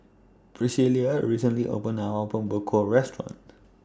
Priscilla recently opened A Apom Berkuah Restaurant